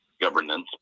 Governance